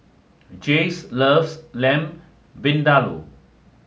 Jayce loves Lamb Vindaloo